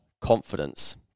confidence